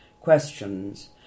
questions